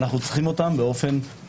ואנו צריכים ואתם מיידית.